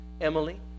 Emily